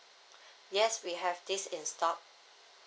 yes we have this in stock